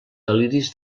deliris